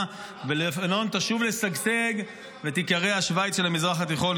ולבנון תשוב לשגשג ותיקרא השווייץ של המזרח התיכון,